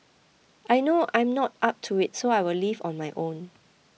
I know I'm not up to it so I will leave on my own